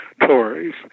Tories